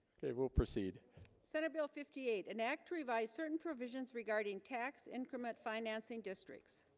okay, we'll proceed senate bill fifty eight an act to revise certain provisions regarding tax increment financing districts